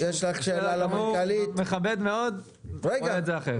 אני מכבד מאוד אבל רואה את זה אחרת.